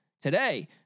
today